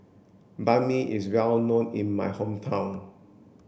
Banh Mi is well known in my hometown